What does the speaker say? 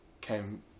came